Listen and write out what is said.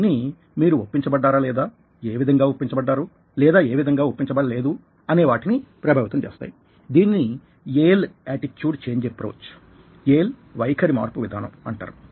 ఇవన్నీ మీరు ఒప్పించబడ్డారా లేదా ఏ విధంగా ఒప్పించబడ్డారు లేదా ఏ విధంగా లేదు అనే వాటిని ప్రభావితం చేస్తాయి దీనిని Yale attitude change approach Yale వైఖరి మార్పు విధానం అంటారు